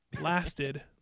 lasted